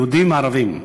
יהודים וערבים,